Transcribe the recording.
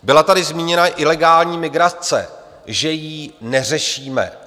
Byla tady zmíněna ilegální migrace, že ji neřešíme.